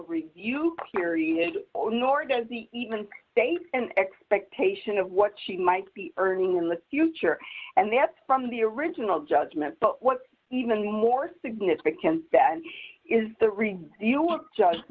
review period nor does he even take an expectation of what she might be earning in the future and that's from the original judgment but what's even more significant then is the